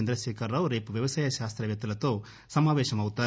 చంద్రశేఖర్ రావు రేపు వ్యవసాయ శాస్తవేత్తలతో సమావేశమవుతారు